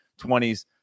20s